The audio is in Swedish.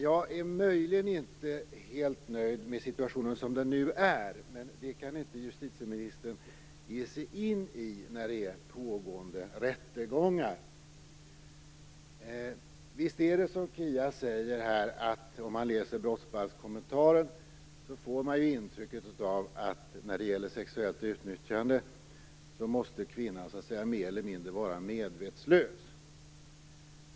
Jag är möjligen inte helt nöjd med situationen som den nu är, men den diskussionen kan justitieministern inte ge sig in i under pågående rättegångar. Visst är det som Kia Andreasson säger så, att man om man läser brottsbalkskommentaren får intrycket att kvinnan mer eller mindre måste vara medvetslös för att det skall vara sexuellt utnyttjande.